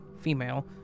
female